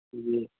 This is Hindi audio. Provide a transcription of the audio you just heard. जी